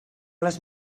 les